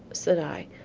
said i,